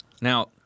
Now